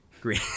green